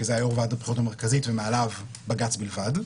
כי זה היה יו"ר ועדת הבחירות המרכזית ומעליו בג"ץ בלבד.